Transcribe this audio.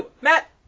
Matt